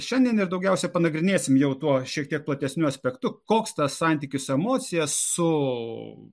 šiandien ir daugiausiai panagrinėsim jau tuo šiek tiek platesniu aspektu koks tas santykis emocijas su